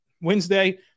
Wednesday